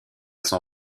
son